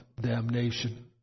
damnation